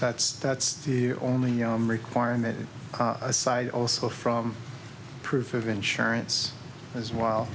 that's that's the only requirement aside also from proof of insurance as well